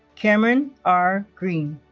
cameron r. green